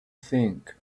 think